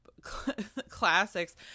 classics